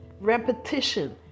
Repetition